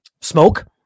smoke